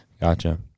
Gotcha